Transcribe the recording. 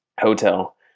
hotel